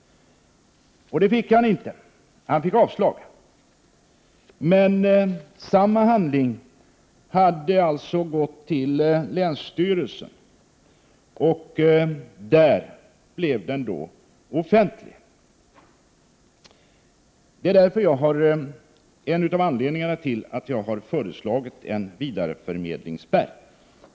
Det fick han inte. Han fick avslag. Men samma handling hade alltså gått till länsstyrelsen, och där blev den offentlig. Detta är en av anledningarna till att jag har föreslagit en vidareförmedlingsspärr.